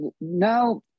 now